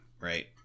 right